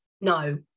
no